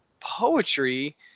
poetry